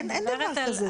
אין דבר כזה.